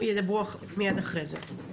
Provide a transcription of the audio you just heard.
ידברו מיד אחרי זה.